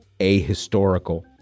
ahistorical